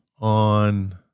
on